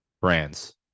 brands